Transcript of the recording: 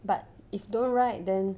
but if don't write then